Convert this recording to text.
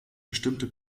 bestimmte